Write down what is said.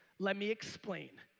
let me explain.